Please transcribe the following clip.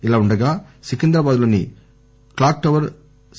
ఇలా వుండగా సికింద్రాబాద్లోని క్లాక్ టవర్ సి